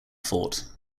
fort